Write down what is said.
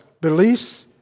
beliefs